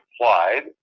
applied